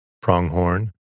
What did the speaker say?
pronghorn